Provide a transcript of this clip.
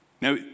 Now